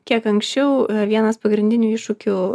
kiek anksčiau vienas pagrindinių iššūkių